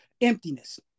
emptiness